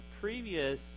previous